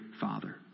father